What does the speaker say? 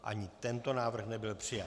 Ani tento návrh nebyl přijat.